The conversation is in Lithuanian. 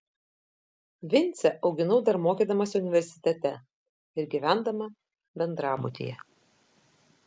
vincę auginau dar mokydamasi universitete ir gyvendama bendrabutyje